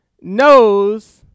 knows